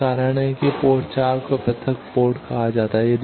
यही कारण है कि पोर्ट 4 को पृथक पोर्ट कहा जाता है